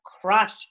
crush